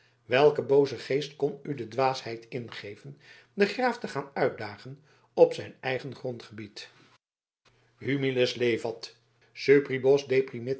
welke booze geest kon u de dwaasheid ingeven den graaf te gaan uitdagen op zijn eigen grondgebied humiles levat superbos deprimit